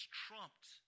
trumped